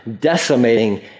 decimating